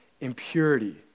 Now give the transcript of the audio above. impurity